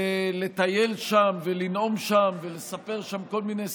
ולטייל שם ולנאום שם ולספר שם כל מיני סיפורים.